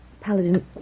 Paladin